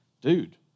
Dude